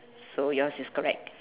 so yours is correct